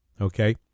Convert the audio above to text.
Okay